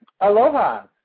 aloha